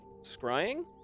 scrying